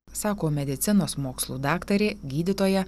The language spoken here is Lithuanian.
sako medicinos mokslų daktarė gydytoja